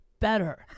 better